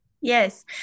yes